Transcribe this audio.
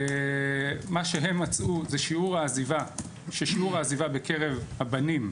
מה שהם מצאו, זה ששיעור העזיבה בקרב הבנים,